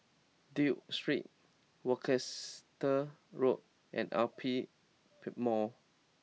Duke Street Worcester Road and Aperia pep Mall